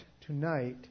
tonight